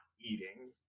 eating